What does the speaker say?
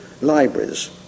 libraries